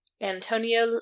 Antonio